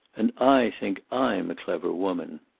and i think i'm a clever woman.